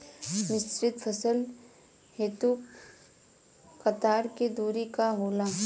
मिश्रित फसल हेतु कतार के दूरी का होला?